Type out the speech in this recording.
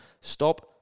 Stop